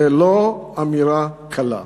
זו לא אמירה קלה.